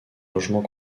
logement